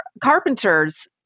carpenter's